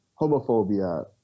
homophobia